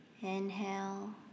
inhale